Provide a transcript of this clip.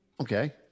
Okay